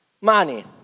Money